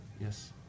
Yes